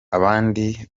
abandi